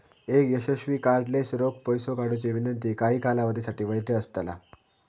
एक यशस्वी कार्डलेस रोख पैसो काढुची विनंती काही कालावधीसाठी वैध असतला